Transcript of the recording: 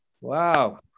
wow